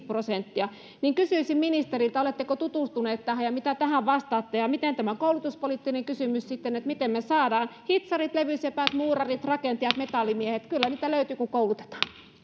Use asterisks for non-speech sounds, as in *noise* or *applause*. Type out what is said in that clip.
*unintelligible* prosenttia kysyisin ministeriltä oletteko tutustunut tähän ja mitä tähän vastaatte miten tämä koulutuspoliittinen kysymys sitten että miten me saamme hitsarit levysepät muurarit rakentajat metallimiehet kyllä niitä löytyy kun koulutetaan